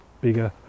bigger